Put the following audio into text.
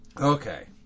Okay